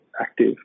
active